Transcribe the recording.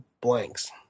blanks